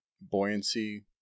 buoyancy